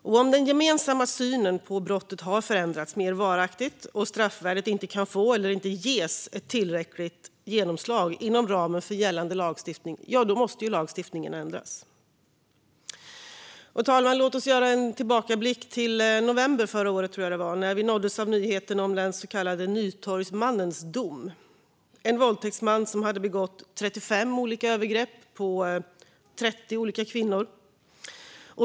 Om den gemensamma synen på brottet har förändrats mer varaktigt och straffvärdet inte kan få eller inte ges tillräckligt genomslag inom ramen för gällande lagstiftning, då måste lagstiftningen ändras. Fru talman! Låt oss göra en tillbakablick till november förra året när vi nåddes av nyheten om den så kallade Nytorgsmannens dom. Det var en våldtäktsman som hade begått 35 olika övergrepp på 30 olika kvinnor.